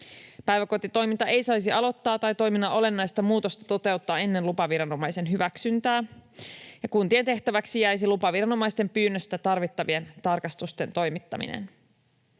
Päiväkotitoimintaa ei saisi aloittaa tai toiminnan olennaista muutosta toteuttaa ennen lupaviranomaisen hyväksyntää, ja kuntien tehtäväksi jäisi lupaviranomaisten pyynnöstä tarvittavien tarkastusten toimittaminen.